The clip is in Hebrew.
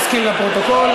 מסכים לפרוטוקול.